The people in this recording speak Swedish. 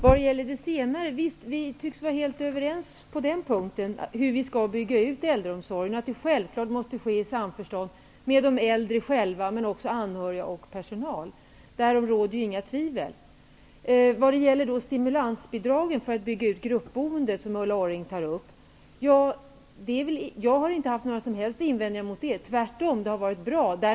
Fru talman! Vi tycks vara helt överens i vad gäller den senare punkten, dvs. att utbyggnaden av äldreomsorgen självfallet måste ske i samförstånd med de äldre själva, med anhöriga och med personal -- därom råder inga tvivel. Ulla Orring tar upp stimulansbidraget för utbyggt gruppboende. Jag har inte haft några som helst invändningar mot det, tvärtom. Det har varit bra.